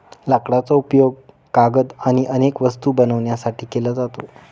लाकडाचा उपयोग कागद आणि अनेक वस्तू बनवण्यासाठी केला जातो